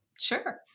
Sure